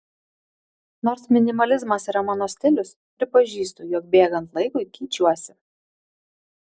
nors minimalizmas yra mano stilius pripažįstu jog bėgant laikui keičiuosi